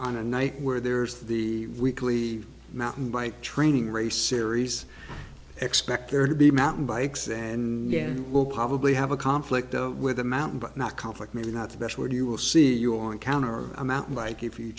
on a night where there's the weekly mountain bike training race series expect there to be mountain bikes and again we'll probably have a conflict of with a mountain but not conflict maybe not the best where you will see you on countering a mountain bike if you